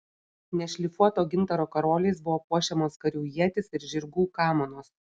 nešlifuoto gintaro karoliais buvo puošiamos karių ietys ir žirgų kamanos